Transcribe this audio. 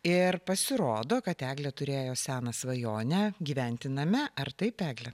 ir pasirodo kad eglė turėjo seną svajonę gyventi name ar taip egle